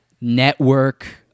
Network